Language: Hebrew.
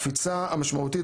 הקפיצה המשמעותית,